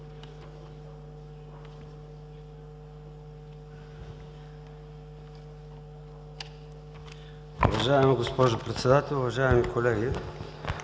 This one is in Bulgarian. Уважаема госпожо Председател, уважаеми господин